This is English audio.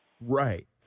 Right